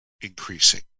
increasing